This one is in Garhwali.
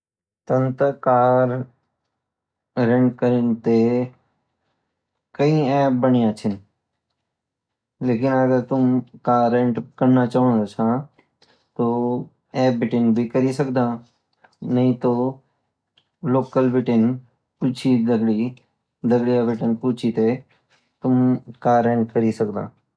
तन ता कार रेंट करिते कई एप्प बनिया चीन लईकिन अगर कार रेंट करना चोना च तो एप्प बीतीं भीं करि सकदा नहीं तो लोकल भीतीं दगड़ियाँ बीतीं पूछी ते तुम कार रेंट कृ सकदा